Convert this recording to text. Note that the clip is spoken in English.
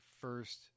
first